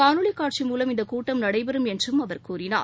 காணொலிகாட்சி மூலம் இந்தகூட்டம் நடைபெறும் என்றும் அவர் கூறினார்